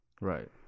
right